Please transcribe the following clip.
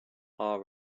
our